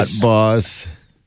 boss